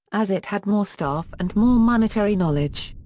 as it had more staff and more monetary knowledge.